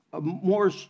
more